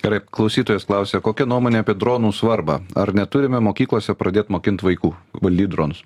gerai klausytojas klausia kokia nuomonė apie dronų svarbą ar neturime mokyklose pradėt mokint vaikų valdyt dronus